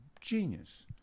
genius